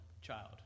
child